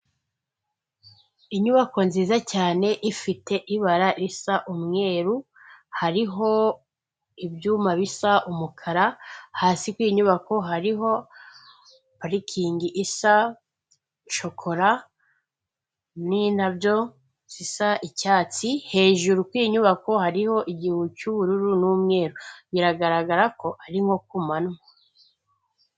Inyubako nziza cyane ifite ibara risa umweru, hariho ibyuma bisa umukara, hasi kuri iyi nyubako hariho parikingi isa shokora n'indabyo zisa icyatsi, hejuru kuri iyi nyubako hariho igihu cy'ubururu n'umweru. Biragaragara ko ari nko ku manywa.